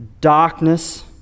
darkness